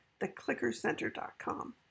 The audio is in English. theclickercenter.com